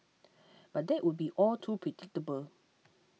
but that would be all too predictable